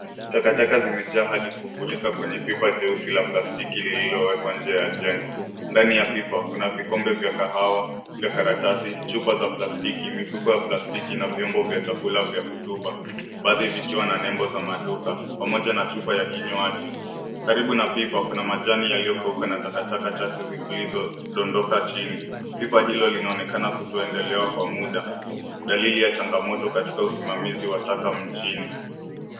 Takataka zimejaa hadi kufurika kwenye pipa jeusi la plastiki lililowekwa nje ya jengo. Ndani ya pipa kuna vikombe vya kahawa, vya karatasi, chupa za plastiki, mifuko ya plastiki na vyombo vya chakula vya kutupa baadhi vikiwa na nembo za maduka pamoja na chupa ya kinywaji. Karibu na pipa kuna majani yaliyokauka na takataka chache zilizo dondoka chini. Pipa hilo linaonekana kutoondolewa kwa muda dalili ya changamoto katika usimamizi wa taka mjini.